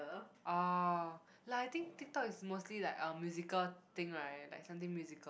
oh like I think TikTok is mostly like uh musical thing right like something musical